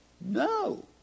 No